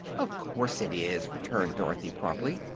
of course it is, returned dorothy, promptly.